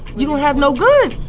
you don't have no guns